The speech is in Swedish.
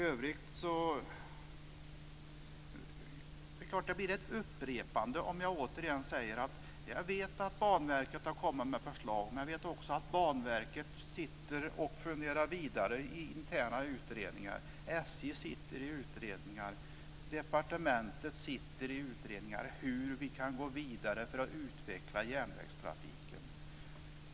Det är klart att det blir ett upprepande om jag återigen säger: Jag vet att Banverket har kommit med ett förslag, men jag vet också att Banverket, liksom SJ och departementet, funderar vidare i interna utredningar om hur vi kan gå vidare för att utveckla järnvägstrafiken.